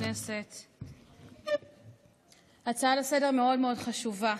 זו הצעה לסדר-היום מאוד מאוד חשובה,